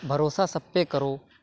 بھروسہ سب پہ کرو